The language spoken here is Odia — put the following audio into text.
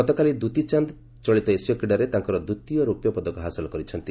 ଗତକାଲି ଦୁତି ଚାନ୍ଦ ଚଳିତ ଏସୀୟ କ୍ରୀଡ଼ାରେ ତାଙ୍କର ଦ୍ୱିତୀୟ ରୌପ୍ୟ ପଦକ ହାସଲ କରିଛନ୍ତି